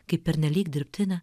kaip pernelyg dirbtinę